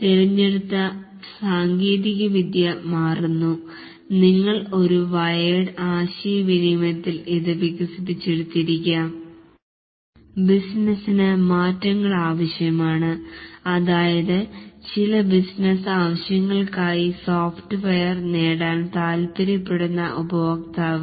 തെരഞ്ഞെടുത്ത സാങ്കേതികവിദ്യ മാറുന്നു നിങ്ങൾ ഒരു വയറഡ് ആശയവിനിമയത്തിൽ ഇത് വികസിപ്പിച്ചെടുത്തിരിക്കാംവയേർഡ് ആശയവിനിമയം പക്ഷെ പെട്ടന്നു സാങ്കേതികവിദ്യ മാറുന്നു കൂടാതെ നിങ്ങൾ വയർലെസ്സ് ഉപയോഗിക്കേണ്ടി വരും അത് സോഫ്റ്റ്വെയർ ഇൽ കുറെ മാറ്റങ്ങൾ വരും